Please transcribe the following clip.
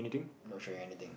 not showing anything